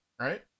right